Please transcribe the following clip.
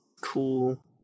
cool